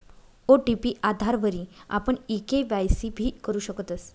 OTP आधारवरी आपण e KYC भी करु शकतस